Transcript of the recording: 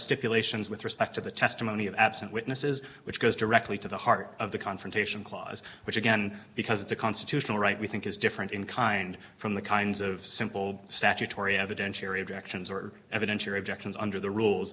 stipulations with respect to the testimony of absent witnesses which goes directly to the heart of the confrontation clause which again because it's a constitutional right we think is different in kind from the kinds of simple statutory evidentiary objections are evidence your objections under the rules